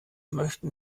möchten